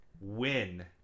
win